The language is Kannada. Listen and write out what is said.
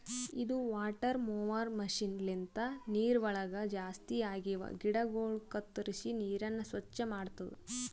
ಇದು ವಾಟರ್ ಮೊವರ್ ಮಷೀನ್ ಲಿಂತ ನೀರವಳಗ್ ಜಾಸ್ತಿ ಆಗಿವ ಗಿಡಗೊಳ ಕತ್ತುರಿಸಿ ನೀರನ್ನ ಸ್ವಚ್ಚ ಮಾಡ್ತುದ